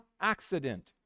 accident